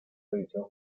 división